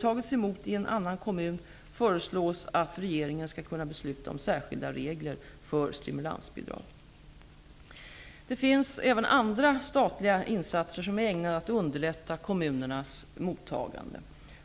tagits emot i en annan kommun föreslås att regeringen skall kunna besluta om särskilda regler för stimulansbidrag. Det finns även andra statliga insatser som är ägnade att underlätta kommunernas mottagande.